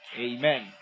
Amen